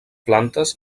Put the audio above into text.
plantes